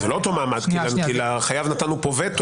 זה לא אותו מעמד, כי לחייב נתנו פה וטו.